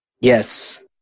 Yes